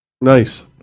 nice